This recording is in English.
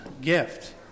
gift